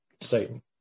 Satan